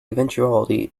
eventuality